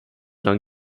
lange